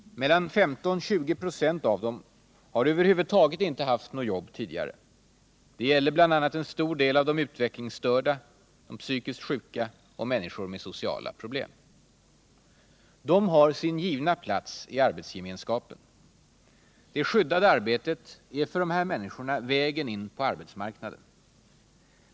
Mellan 15 och 20 26 av dem har över huvud taget inte haft något jobb tidigare. Det gällde bl.a. en stor del av de utvecklingsstörda, psykiskt sjuka och människor med sociala problem. De har sin givna plats i arbetsgemenskapen. Det skyddade arbetet är för de här människorna vägen in på arbetsmarknaden.